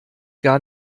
gar